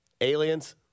Aliens